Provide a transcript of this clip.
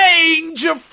Danger